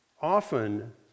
often